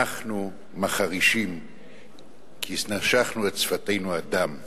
אנחנו מחרישים כי נשכנו את שפתנו עד דם,